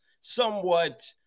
somewhat